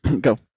Go